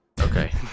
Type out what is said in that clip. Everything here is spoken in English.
Okay